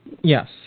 Yes